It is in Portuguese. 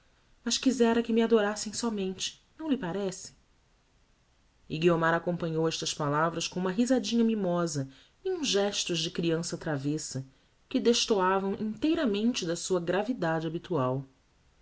eu mas quizera que me adorassem somente não lhe parece e guiomar acompanhou estas palavras com uma risadinha mimosa e uns gestos de creança travêssa que destoavam inteiramente da sua gravidade habitual